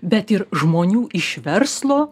bet ir žmonių iš verslo